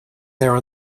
there